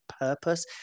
purpose